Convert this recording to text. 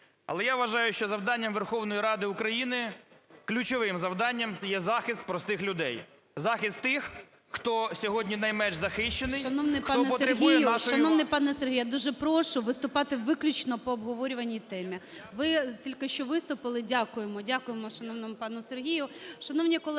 Але я вважаю, що завданням Верховної Ради України, ключовим завданням, є захист простих людей. Захист тих, хто сьогодні найменш захищений, хто потребує…